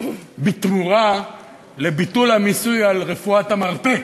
בתמורה לביטול המיסוי של תיירות המרפא.